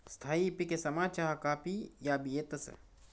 स्थायी पिकेसमा चहा काफी याबी येतंस